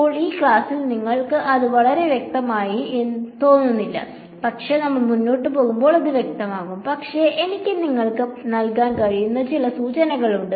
ഇപ്പോൾ ഈ ക്ലാസ്സിൽ നിങ്ങൾക്ക് ഇത് വളരെ വ്യക്തമായി തോന്നുന്നില്ല പക്ഷേ നമ്മൾ മുന്നോട്ട് പോകുമ്പോൾ ഇത് വ്യക്തമാകും പക്ഷേ എനിക്ക് നിങ്ങൾക്ക് നൽകാൻ കഴിയുന്ന ചില സൂചനകളുണ്ട്